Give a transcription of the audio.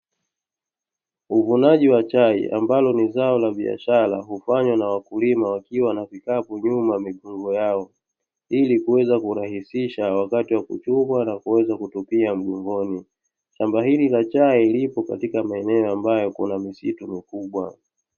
Uvunaji wa chai ambalo ni zao la biashara hufanywa na wakulima wakiwa na vikapu nyuma ya migongo yao, ili kuweza kurahisisha wakati wa kuchuma na kuweza kutupia mgongoni. Shamba hili la chai lipo katika maeneo ambayo, kuna misitu mikubwa.